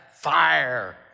fire